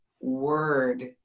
word